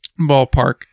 ballpark